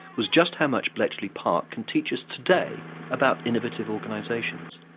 was just how much bletchley park can teach us today about innovative organizations.